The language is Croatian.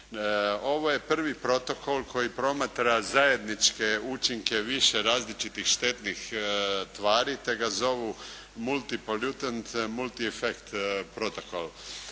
Ovo je prvi protokol koji promatra zajedničke učinke više različitih štetnih tvari te ga zovu multi …, multi efekt protokol.